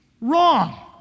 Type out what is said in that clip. Wrong